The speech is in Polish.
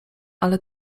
ale